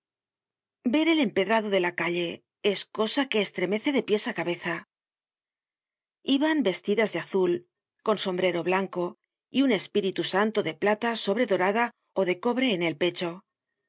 ver el empedrado de la calle es cosa que estremece de pies á cabeza iban vestidas de azul con sombrero blanco y un espíritu santo de plata sobredorada ó de cobre en el pecho